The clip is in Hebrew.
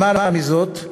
למעלה מזאת,